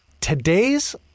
Today's